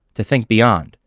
to think beyond.